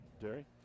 Jerry